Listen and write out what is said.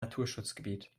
naturschutzgebiet